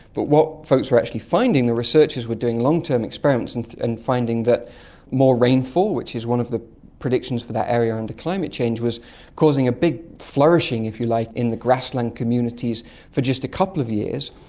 but what folks were actually finding, the researchers were doing long-term experiments and and finding that more rainfall, which is one of the predictions for that area under climate change, was causing a bigger flourishing, if you like, in the grassland communities for just a couple of years,